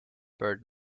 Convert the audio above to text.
bird